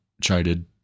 chided